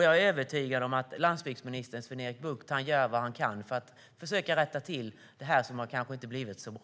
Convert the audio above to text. Jag är övertygad om att landsbygdsminister Sven-Erik Bucht gör vad han kan för att försöka rätta till det som kanske inte har blivit så bra.